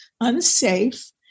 unsafe